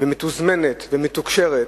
ומתוזמנת ומתוקשרת,